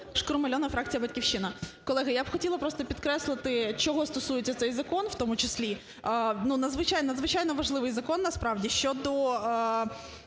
Шкрум Альона, фракція "Батьківщина". Колеги, я б хотіла просто підкреслити чого стосується цей закон в тому числі. Ну, надзвичайно важливий закон, насправді, щодо